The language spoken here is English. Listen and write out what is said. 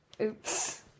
Oops